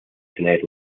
tener